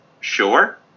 sure